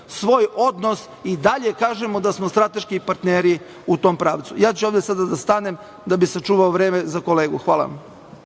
svoj odnos, i dalje kažemo da smo strateški partneri u tom pravcu. Ja ću ovde sada da stanem, da bih sačuvao vreme za kolegu. Hvala vam.